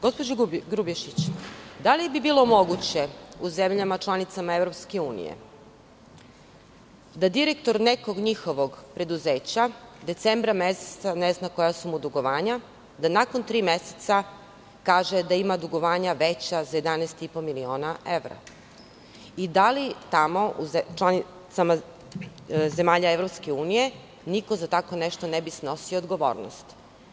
Gospođo Grubješić, da li bi bilo moguće u zemljama članicama EU da direktor nekog njihovog preduzeća decembra meseca ne zna koja su mu dugovanja, da nakon tri meseca kaže da ima dugovanja veća za 11,5 miliona evra i da li u zemljama članicama EU niko za tako nešto ne bi snosio odgovornost?